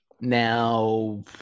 Now